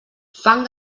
fang